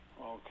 Okay